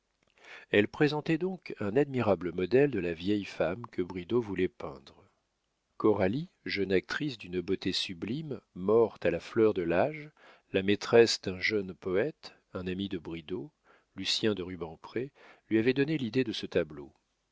elle présentait donc un admirable modèle de la vieille femme que bridau voulait peindre coralie jeune actrice d'une beauté sublime morte à la fleur de l'âge la maîtresse d'un jeune poète un ami de bridau lucien de rubempré lui avait donné l'idée de ce tableau